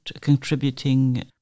contributing